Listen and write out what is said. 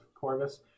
corvus